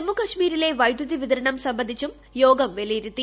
ജമ്മുകാശ്മീരിലെ വൈദ്യുതി വിതരണം സംബന്ധിച്ചും യോഗം വിലയിരുത്തി